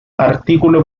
artículo